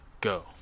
go